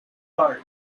parts